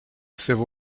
civil